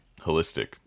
holistic